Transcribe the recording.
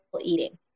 eating